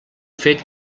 fet